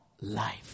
life